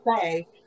say